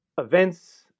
events